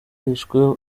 yarishwe